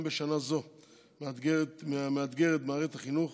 גם בשנה מאתגרת זו במערכת החינוך